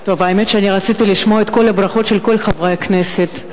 האמת היא שאני רציתי לשמוע את כל הברכות של כל חברי הכנסת,